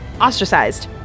ostracized